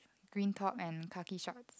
green top and khaki short